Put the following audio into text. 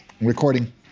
Recording